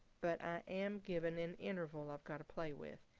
but i am given an interval i've got to play with.